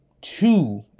two